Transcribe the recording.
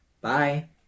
Bye